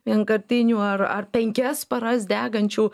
vienkartinių ar ar penkias paras degančių